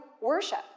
worship